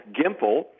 Gimple